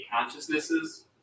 consciousnesses